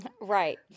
Right